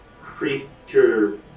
creature